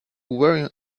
wearing